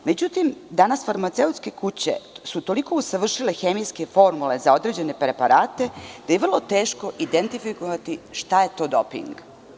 Međutim, danas farmaceutske kuće su toliko usavršile hemijske formule za određene preparate da je vrlo teško identifikovati šta je to doping.